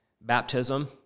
baptism